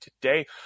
today